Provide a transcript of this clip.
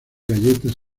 galletas